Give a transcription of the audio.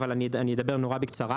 אבל אני אדבר נורא בקצרה.